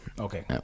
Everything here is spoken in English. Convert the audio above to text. Okay